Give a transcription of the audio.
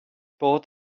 bod